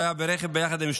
שהיה ברכב ביחד עם אשתו,